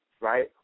Right